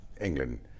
England